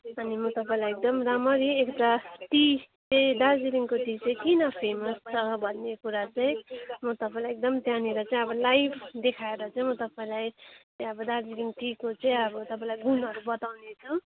अनि म तपाईँलाई एकदम राम्ररी एउटा टी चाहिँ दार्जिलिङको टी चाहिँ किन फेमस छ भन्ने कुरा चाहिँ म तपाईँलाई एकदम त्यहाँनिर चाहिँ अब लाइभ देखाएर चाहिँ म तपाईँलाई अब दार्जिलिङ टीको चाहिँ अब तपाईँलाई गुणहरू बताउनेछु